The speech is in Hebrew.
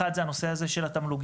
אחד זה הנושא הזה של התמלוגים,